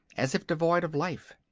as if devoid of life.